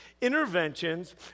Interventions